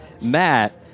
Matt